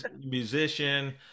musician